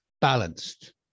balanced